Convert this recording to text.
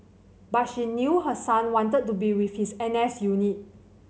but she knew her son wanted to be with his N S unit